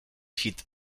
hit